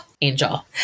Angel